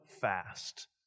fast